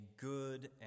good